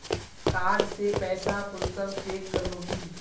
Card से पैसा कुंसम चेक करोगी?